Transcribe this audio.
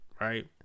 right